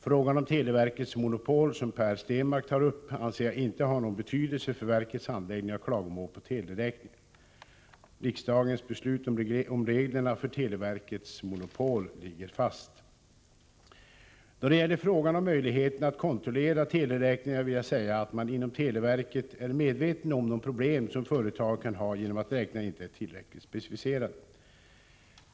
Frågan om televerkets monopol, som Per Stenmarck tar upp, anser jag inte ha någon betydelse för verkets handläggning av klagomål på teleräkningar. Riksdagens beslut om reglerna för televerkets monopol ligger fast. Då det gäller frågan om möjligheten att kontrollera teleräkningarna vill jag säga att man inom televerket är medveten om de problem som företagen kan ha genom att räkningarna inte är tillräckligt specificerade.